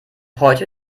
heute